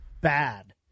bad